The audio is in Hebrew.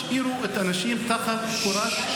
השאירו את האנשים תחת כיפת השמיים.